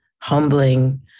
humbling